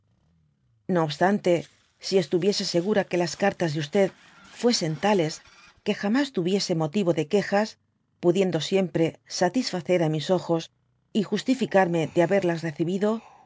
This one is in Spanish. no obstante si estuyiese segura que las carias de fuesen tales que jamas tuviese motivo de quejas pudiendo siempre satiscer á mis ojos y justificarme de haberlas recibido